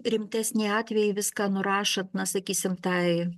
rimtesnį atvejį viską nurašant na sakysim tai